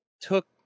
took